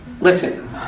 Listen